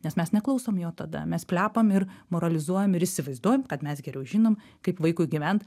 nes mes neklausom jo tada mes plepam ir moralizuojam ir įsivaizduojam kad mes geriau žinom kaip vaikui gyvent